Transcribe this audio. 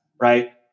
right